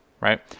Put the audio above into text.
right